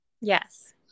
Yes